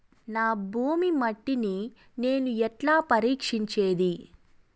నా భూమి మట్టిని నేను ఎట్లా పరీక్షించేది?